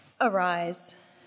Arise